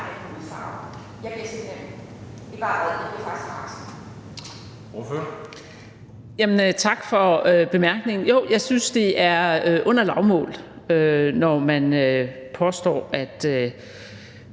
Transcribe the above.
Tak for bemærkningen. Jo, jeg synes, det er under lavmålet, når man påstår, at